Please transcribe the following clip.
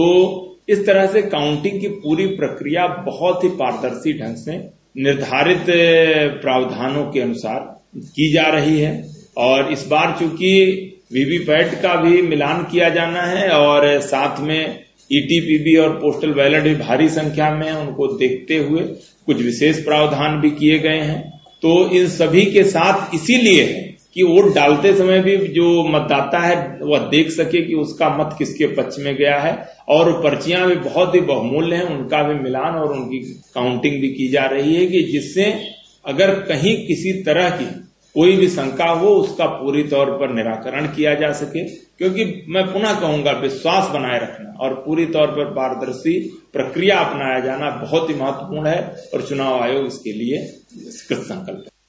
तो इस ताह से काउंटिंग की पूरी प्रक्रिसर बहुत ही पारदर्शी ढंग से निर्धारित प्रावधानों के अनुसार की जा रही है और इस बार च्रंकि वीवीपैट का भी मिलान किया जाना है और साथ में ईटीपीवी और पोर्टल बैलेट भी भारी संख्या में उनको देखते हुए कुछ विशेष प्रावधान भी किये गये है तो इन सभी के साथ इसीलिए कि वोट डालते समय भी जो मतदाता है वह देख सके कि उसका मत किसके पक्ष में गया है ओर वह पर्चिया भी बहुत बहुमूल्य है उनका भी मिलान और उनकी काउंटिंग भी की जा रही है कि जिससे अगर कही किसी तरह की कोई भी शंका हो उसका पूरी तौर पर निराकरण किया जा सके क्योंकि मैं पुनः कहूंगा कि दिश्दास बनाये रखे और पूरी तौर पर पारदर्शी प्रक्रिया अपनाया जाना बहुत ही महत्वपूर्ण है और चुनाव आयोग इसके लिये द्रढ़ संकल्प है